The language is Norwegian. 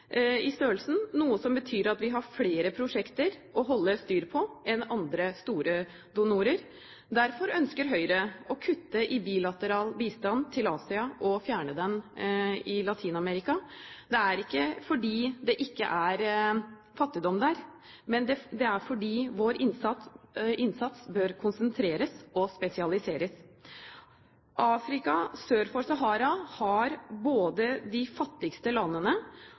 i størrelsen, noe som betyr at vi har flere prosjekter å holde styr på enn andre store donorer. Derfor ønsker Høyre å kutte i bilateral bistand til Asia og fjerne den i Latin-Amerika. Det er ikke fordi det ikke er fattigdom der, men det er fordi vår innsats bør konsentreres og spesialiseres. Afrika sør for Sahara har både de fattigste landene